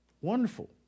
wonderful